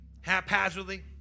haphazardly